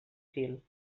fil